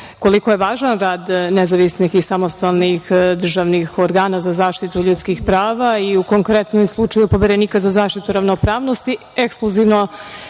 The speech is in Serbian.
koliko je važan rad nezavisnih i samostalnih državnih organa za zaštitu ljudskih prava i u konkretnom slučaju Poverenika za zaštitu ravnopravnosti, ekskluzivno